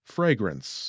Fragrance